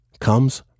comes